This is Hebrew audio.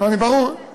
אז למה אתה מצמצם?